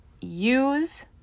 use